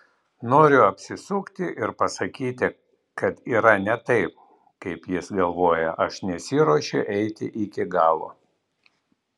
noriu apsisukti ir pasakyti kad yra ne taip kaip jis galvoja aš nesiruošiu eiti iki galo